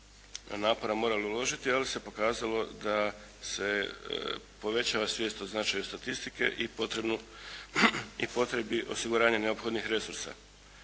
napora morali uložili je li, se pokazalo da se povećava svijest o značaju statistike i potrebnu, i potrebi osiguranja neophodnih resursa.